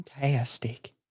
Fantastic